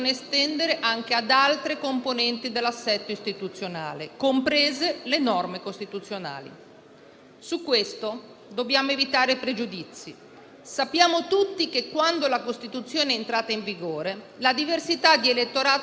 Vorrei dire anche qualcosa sul metodo del percorso che abbiamo intrapreso. Quella che compie oggi il suo primo passo è una riforma puntuale della Costituzione, che interviene solo su un singolo aspetto.